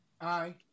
Aye